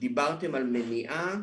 דיברתם על מניעה?